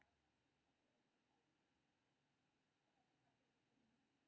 एकर उद्देश्य विकास कार्य लेल धन उपलब्ध करेनाय छै, जकर सिफारिश सांसद करै छै